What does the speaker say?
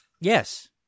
Yes